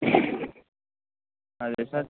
అదే సార్